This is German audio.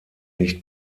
nicht